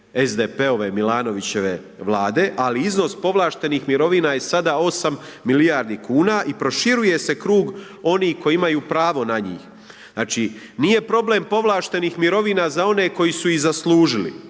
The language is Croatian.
SDP-ove Milanovićeve Vlade ali iznos povlaštenih mirovina je sada 8 milijardi kuna i proširuje se krug onih koji imaju pravo na njih. Znači nije problem povlaštenih mirovina za one koji su ih zaslužili